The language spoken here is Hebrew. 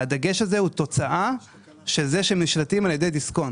והדגש הזה הוא תוצאה של העובדה שהם נשלטים על ידי דיסקונט.